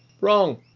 Wrong